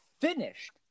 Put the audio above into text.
finished